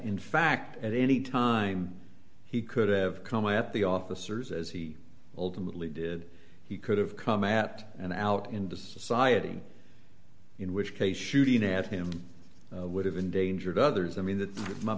in fact at any time he could have come at the officers as he ultimately did he could have come at and out into society in which case shooting at him would have endangered others i mean that my